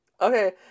Okay